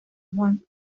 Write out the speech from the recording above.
juan